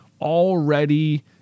already